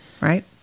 Right